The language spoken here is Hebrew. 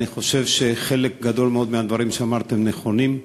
אני חושב שחלק גדול מאוד מהדברים שאמרת הם נכונים.